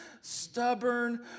stubborn